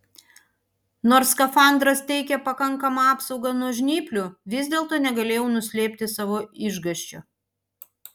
nors skafandras teikė pakankamą apsaugą nuo žnyplių vis dėlto negalėjau nuslėpti savo išgąsčio